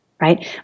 right